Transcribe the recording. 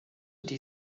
die